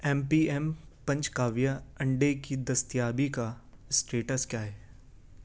M P M پنچ کاویہ انڈے کی دستیابی کا اسٹیٹس کیا ہے